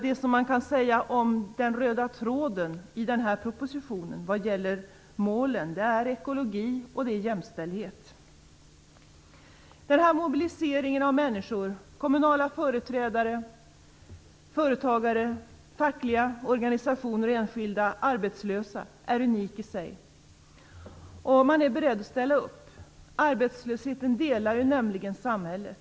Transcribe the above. Den röda tråden i den här propositionen vad gäller målen är ekologi och jämställdhet. Den här mobiliseringen av människor, kommunala företrädare, företagare, fackliga organisationer och enskilda arbetslösa är unik i sig, och man är beredd att ställa upp. Arbetslösheten delar nämligen samhället.